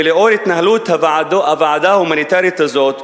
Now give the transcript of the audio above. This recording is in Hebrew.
ולאור התנהלות הוועדה ההומניטרית הזאת,